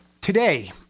today